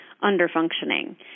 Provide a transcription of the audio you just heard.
under-functioning